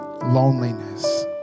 loneliness